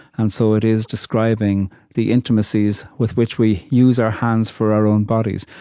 and so, it is describing the intimacies with which we use our hands for our own bodies,